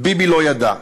ביבי לא ידע.